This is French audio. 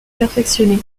perfectionné